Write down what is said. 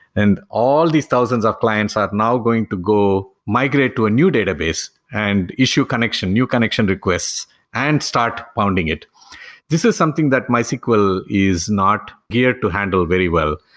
and all these thousands of clients are now going to go migrate to a new database and issue connection, new connection requests and start pounding it this is something that mysql is not geared to handle very well.